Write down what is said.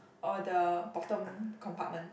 or the bottom compartment